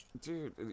dude